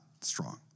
strong